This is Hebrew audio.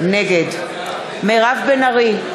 נגד מירב בן ארי,